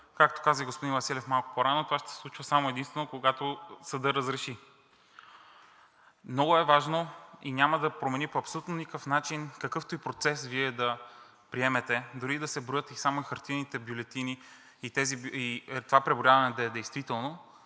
Както каза и господин Василев малко по-рано, това ще се случва само и единствено когато съдът разреши. Много е важно и няма да промени по абсолютно никакъв начин какъвто и процес Вие да приемете – дори и да се броят само хартиените бюлетини и това преброяване да е действително,